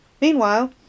Meanwhile